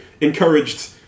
encouraged